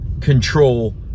control